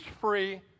free